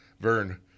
Vern